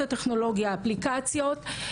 בסיטואציות מסויימות זה קריטי,